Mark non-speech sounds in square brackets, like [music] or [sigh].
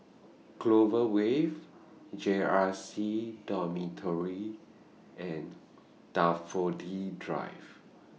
[noise] Clover Way [noise] J R C Dormitory and Daffodil Drive